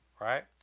right